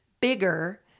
bigger